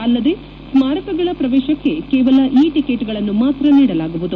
ಅಲ್ಲದೆ ಸ್ನಾರಕಗಳ ಪ್ರವೇಶಕ್ಷ ಕೇವಲ ಇ ಟಿಕೆಟ್ಗಳನ್ನು ಮಾತ್ರ ನೀಡಲಾಗುವುದು